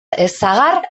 sagar